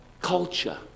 culture